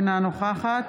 אינה נוכחת